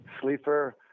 Sleeper